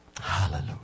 Hallelujah